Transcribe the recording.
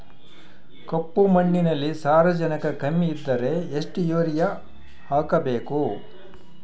ಕಪ್ಪು ಮಣ್ಣಿನಲ್ಲಿ ಸಾರಜನಕ ಕಮ್ಮಿ ಇದ್ದರೆ ಎಷ್ಟು ಯೂರಿಯಾ ಹಾಕಬೇಕು?